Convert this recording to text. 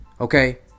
okay